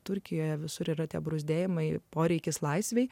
turkijoje visur yra tie bruzdėjimai poreikis laisvei